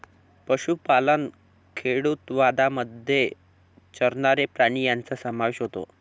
पशुपालन खेडूतवादामध्ये चरणारे प्राणी यांचा समावेश होतो